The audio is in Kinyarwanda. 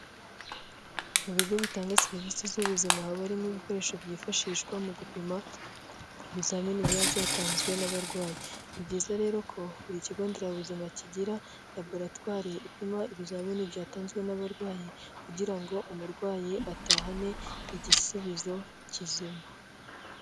Mu bigo bitanga serivisi z'ubuzima, haba harimo ibikoresho byifashishwa mu gupima ibizamini biba byatanzwe n'abarwayi, ni byiza rero ko buri kigo nderabuzima kigira laboratwari ipima ibizamini byatanzwe n'abarwayi kugira ngo umurwayi atahane igisubizo kizima.